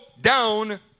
down